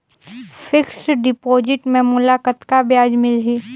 Fixed deposit मे मोला कतका ब्याज मिलही?